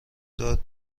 داد